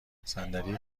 صندلی